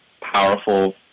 powerful